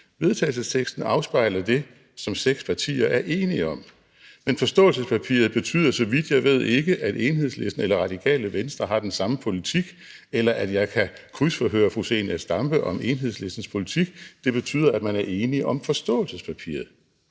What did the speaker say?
Vedtagelsesteksten afspejler det, som seks partier er enige om. Men forståelsespapiret betyder, så vidt jeg ved, ikke, at Enhedslisten eller Radikale Venstre har den samme politik, eller at jeg kan krydsforhøre fru Zenia Stampe om Enhedslistens politik. Det betyder, at man er enig om forståelsespapiret.